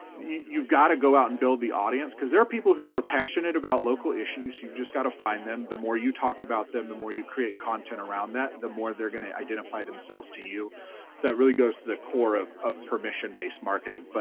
you've gotta go out and build the audience, cause there are people who are passionate about local issues, you've just gotta find them, the more you talk about them, the more you create content around that, the more they're gonna identify themselves to you. so that really goes to the core of of permission-based marketing. but